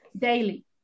daily